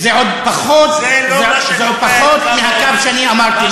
זה עוד פחות מהקו שאני אמרתי,